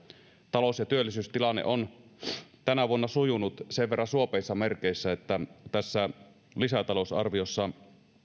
talous ja työllisyystilanne on tänä vuonna sujunut sen verran suopeissa merkeissä että tässä lisätalousarviossa